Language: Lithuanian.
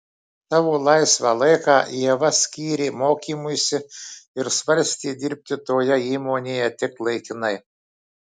savo laisvą laiką ieva skyrė mokymuisi ir svarstė dirbti toje įmonėje tik laikinai